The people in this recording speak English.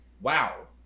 wow